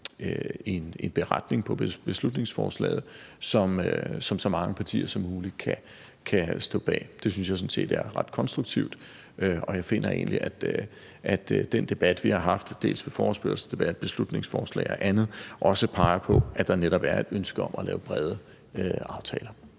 en beretning til beslutningsforslaget, som så mange partier som muligt kan stå bag. Det synes jeg sådan set er ret konstruktivt, og jeg finder egentlig, at den debat, vi har haft i forbindelse med forespørgselsdebat, beslutningsforslag og andet, også peger på, at der netop er et ønske om at lave brede aftaler.